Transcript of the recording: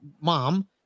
mom